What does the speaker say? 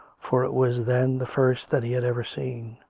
for it was then the first that he had ever seen